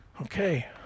Okay